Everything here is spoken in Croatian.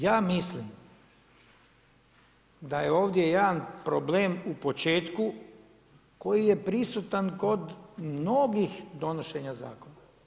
Ja mislim da je ovdje jedan problem u početku koji je prisutan kod mnogih donošenja zakona.